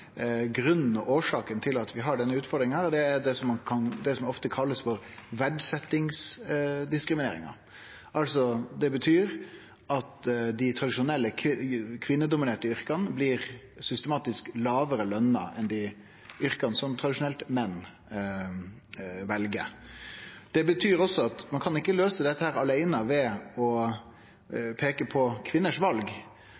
og årsaka til at vi har denne utfordringa, er det som ofte blir kalla verdsetjingsdiskrimineringa. Det betyr at dei tradisjonelt kvinnedominerte yrka blir systematisk lågare lønte enn dei yrka som menn tradisjonelt vel. Det betyr også at ein ikkje kan løyse dette ved aleine å peike på vala til kvinnene, for da vil vi jo få store problem med å